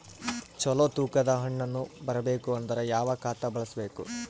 ಚಲೋ ತೂಕ ದ ಹಣ್ಣನ್ನು ಬರಬೇಕು ಅಂದರ ಯಾವ ಖಾತಾ ಬಳಸಬೇಕು?